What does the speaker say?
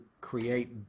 create